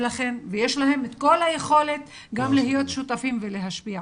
ויש להם את כל היכולת גם להיות שותפים ולהשפיע.